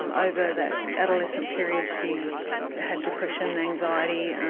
um over that adolescent period she had depression, anxiety,